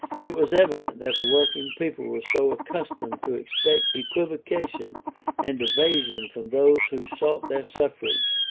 it was evident that the working people were so accustomed to expect equivocation and evasion from those who sought their suffrages,